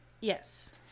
yes